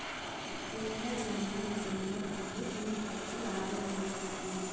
యేడ చైనా మకరంద పండు ఈడకొచ్చి రాజ్యమేలుతాంది